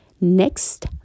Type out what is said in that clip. next